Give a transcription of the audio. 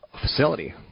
facility